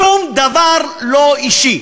שום דבר לא אישי,